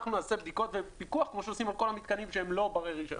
אנחנו נעשה בדיקות ופיקוח כמו שעושים על כל המתקנים שהם לא בני רישיון,